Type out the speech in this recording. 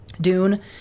Dune